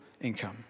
income